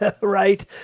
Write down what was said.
right